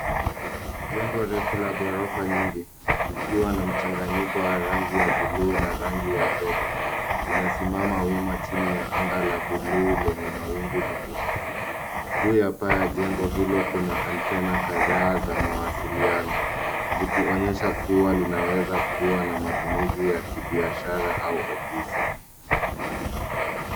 Jengo refu la ghorofa nyingi, likiwa na mchanganyiko wa rangi ya buluu na rangi ya zege. Inasimama wima chini ya anga la buluu lenye mawingu meupe. Juu ya paa ya jengo hilo kuna antennae kadhaa za mawasiliano, zikionyesha kua linaweza kua na matumizi ya kibiashara au ofisi.